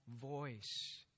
voice